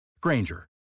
Granger